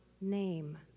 name